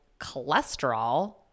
cholesterol